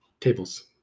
tables